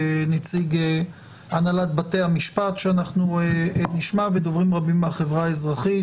נציגי הנהלת בתי המשפט ודוברים רבים מהחברה האזרחית.